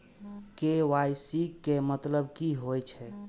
KYC के मतलब की होई छै?